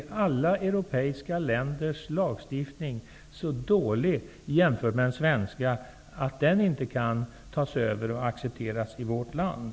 Är alla europeiska länders lagstiftning så dåliga jämfört med den svenska att man inte kan ta över EG ländernas lagstiftning och acceptera den i vårt land?